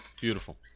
Beautiful